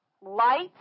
lights